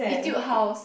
Etude House